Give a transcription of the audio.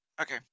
okay